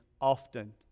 often